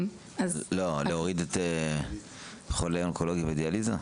להוריד את חולי האונקולוגיה והדיאליזה?